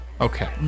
Okay